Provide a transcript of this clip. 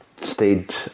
stayed